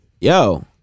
yo